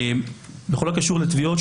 בכל הקשור לתביעות,